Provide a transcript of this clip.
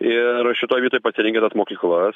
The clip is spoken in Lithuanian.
ir šitoj vietoj pasirenki tas mokyklas